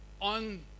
on